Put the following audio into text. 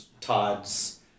Todd's